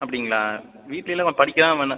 அப்படிங்ளா வீட்லயெல்லாம் படிக்கிறான் மேடம்